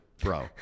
bro